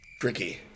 Tricky